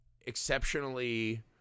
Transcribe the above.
exceptionally